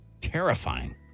terrifying